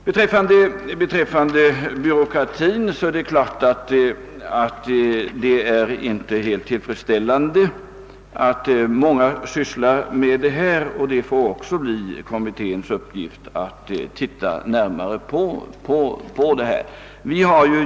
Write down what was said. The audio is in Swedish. Det är naturligtvis inte helt tillfredsställande att många sysslar med dessa frågor, och det får bli kommitténs uppgift att granska även den saken.